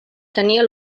tenia